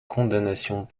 condamnations